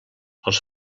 els